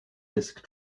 disk